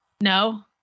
No